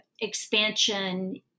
expansion